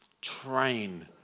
Train